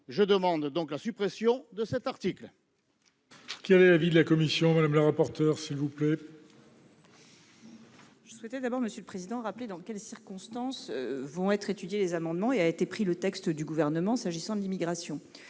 Je demande donc la suppression de cet article.